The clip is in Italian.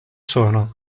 sono